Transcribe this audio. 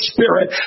Spirit